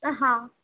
હા